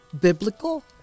biblical